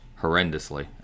horrendously